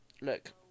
look